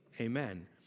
Amen